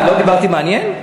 למה, לא דיברתי מעניין?